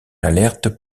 l’alert